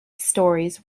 stories